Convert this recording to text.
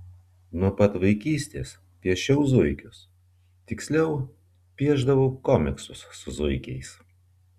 nuo pat vaikystės piešiau zuikius tiksliau piešdavau komiksus su zuikiais